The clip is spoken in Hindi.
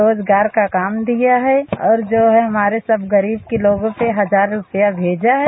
रोजगार का काम दिया है और हम सब गरीब लोगों को हजार रूपया भेजा है